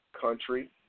country